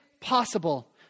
possible